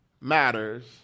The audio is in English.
matters